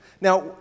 Now